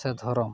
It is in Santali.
ᱥᱮ ᱫᱷᱚᱨᱚᱢ